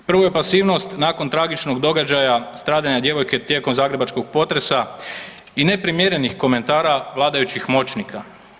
Prvo je pasivnost nakon tragičnog događaja stradanje djevojke tijekom zagrebačkog potresa i neprimjerenih komentara vladajućih moćnika.